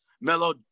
Melo